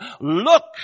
Look